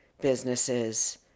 businesses